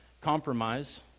compromise